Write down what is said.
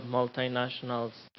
multinationals